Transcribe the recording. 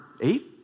Eight